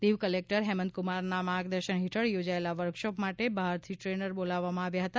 Diu collector હેમંત્કુમારના માર્ગદર્શન હેઠળ યોજાયેલા વર્કશોપ માટે બહારથી ટ્રેનર બોલાવવામાં આવ્યા હતા